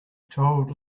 child